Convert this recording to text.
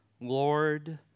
Lord